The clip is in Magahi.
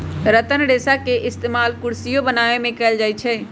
रतन रेशा के इस्तेमाल कुरसियो बनावे में कएल जाई छई